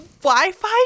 Wi-Fi